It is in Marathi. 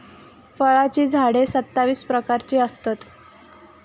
फळांची झाडा सत्तावीस प्रकारची असतत